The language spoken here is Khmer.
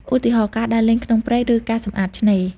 ឧទាហរណ៍ ការដើរលេងក្នុងព្រៃ ឬការសម្អាតឆ្នេរ។